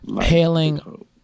Hailing